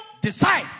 decide